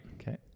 Okay